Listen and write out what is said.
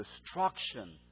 destruction